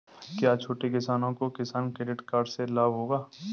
क्या छोटे किसानों को किसान क्रेडिट कार्ड से लाभ होगा?